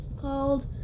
called